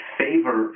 favor